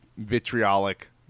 vitriolic